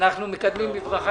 אנחנו מקדמים בברכה,